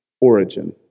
origin